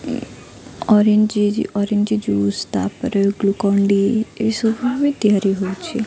orange orange juice ତାପରେ Glucon D ଏଇସବୁ ଆମେ ତିଆରି ହେଉଛି